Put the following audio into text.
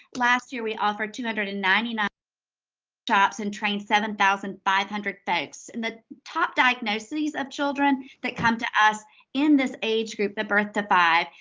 last year, we offered two hundred and ninety nine jobs and trained seven thousand five hundred folks. and the top diagnoses of children that come to us in this age group, the birth to five,